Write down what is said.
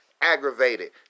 aggravated